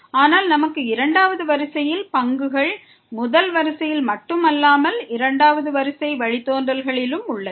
ஆனால் நமக்கு இரண்டாவது வரிசையில் பங்குகள் முதல் வரிசையில் மட்டும் அல்லாமல் இரண்டாவது வரிசை வழித்தோன்றல்களிலும் உள்ளது